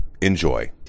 enjoy